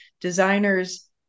designers